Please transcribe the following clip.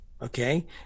Okay